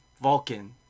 Vulcan